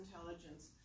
intelligence